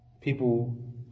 people